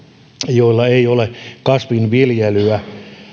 joilla ei ole kasvinviljelyä